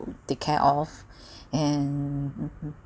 take care of and